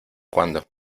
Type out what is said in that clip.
cuando